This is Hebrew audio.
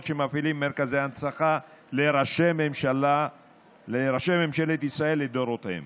שמפעילים מרכזי ההנצחה לראשי ממשלת ישראל לדורותיהם.